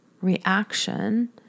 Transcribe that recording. reaction